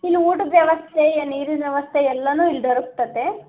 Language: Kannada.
ಇಲ್ಲಿ ಊಟದ ವ್ಯವಸ್ಥೆ ನೀರಿನ ವ್ಯವಸ್ಥೆ ಎಲ್ಲನೂ ಇಲ್ಲಿ ದೊರಕ್ತದೆ